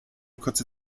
kurze